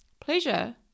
pleasure